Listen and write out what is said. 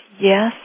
Yes